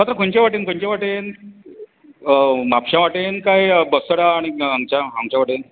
पात्रांव खंयच्या वाटेन खंयच्या वाटेन म्हापशा वाटेन काय बस्तोरा आनीक आमच्या हांगच्या वाटेन